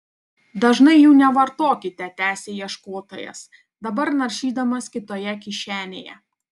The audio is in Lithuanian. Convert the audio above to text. dažnai jų nevartokite tęsė ieškotojas dabar naršydamas kitoje kišenėje